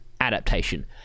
adaptation